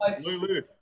Lulu